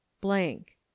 Blank